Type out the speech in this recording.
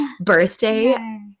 birthday